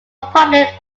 public